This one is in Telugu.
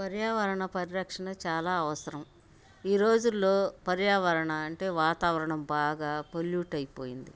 పర్యావరణ పరిరక్షణ చాలా అవసరం ఈ రోజుల్లో పర్యావరణ అంటే వాతావరణం బాగా పొల్యూట్ అయిపోయింది